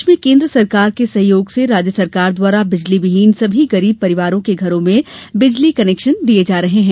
प्रदेश में केन्द्र सरकार के सहयोग से राज्य सरकार द्वारा बिजली विहीन सभी गरीब परिवारों के घरों में बिजली कनेक्शन किये जा रहे हैं